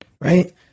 right